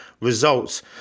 results